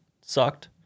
sucked